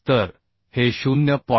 25 तर हे 0